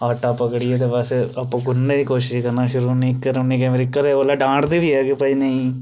आटा पकड़ियै ते बस आपूं गुन्नने दी कोशिश करना शुरू करी ओड़नी केईं बारी घरै कोला डांटदे बी ऐ के भाई नेईं